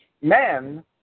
men